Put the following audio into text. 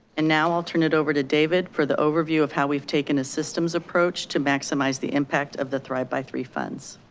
and now i'll turn it over to david for the overview of how we've taken a systems approach to maximize the impact of the thrive by three funds.